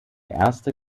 erste